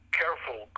careful